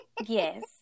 Yes